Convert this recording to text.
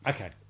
Okay